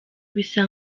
bisa